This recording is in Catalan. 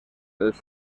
els